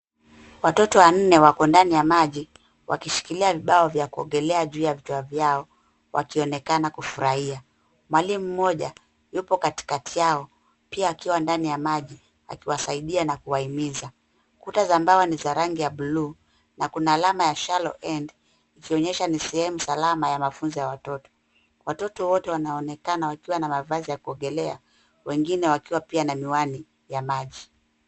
Watoto wanne wako ndani ya maji, wakishikilia vibao vya kuogelea juu ya vichwa vyao wakionekana kufurahia. Mwalimu mmoja yupo katikati yao pia akiwa ndani ya maji akiwasaidia na kuwaimiza. Kuta za mbawa ni za rangi ya buluu na kuna alama ya shallow end ikionyesha ni sehemu salama ya mafunzo ya watoto. Watoto wote wanaonekana wakiwa na mavazi ya kuogelea, wengine wakiwa pia na miwani ya maji.